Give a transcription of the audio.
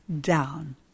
down